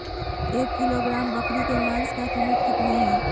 एक किलोग्राम बकरी के मांस का कीमत कितना है?